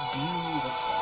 beautiful